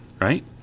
Right